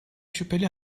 şüpheli